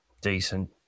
Decent